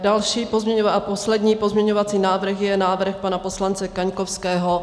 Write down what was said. Další a poslední pozměňovací návrh je návrh pana poslance Kaňkovského.